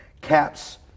caps